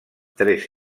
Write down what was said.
tres